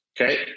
Okay